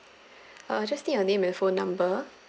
uh just need your name and phone number